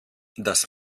das